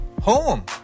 Home